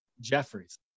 jeffries